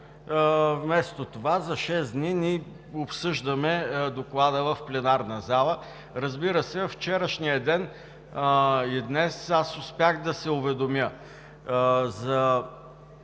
Вместо това, за шест дни ние обсъждаме Доклада в пленарната зала. Разбира се, във вчерашния ден и днес аз успях да се уведомя за